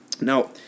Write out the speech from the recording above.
Now